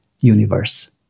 universe